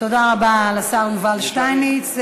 תודה רבה לשר יובל שטייניץ.